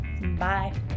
Bye